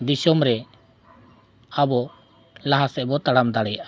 ᱫᱤᱥᱚᱢ ᱨᱮ ᱟᱵᱚ ᱞᱟᱦᱟ ᱥᱮᱫ ᱵᱚ ᱛᱟᱲᱟᱢ ᱫᱟᱲᱮᱭᱟᱜᱼᱟ